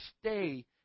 stay